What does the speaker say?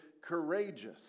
courageous